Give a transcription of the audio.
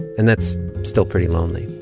and that's still pretty lonely